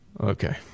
Okay